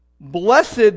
Blessed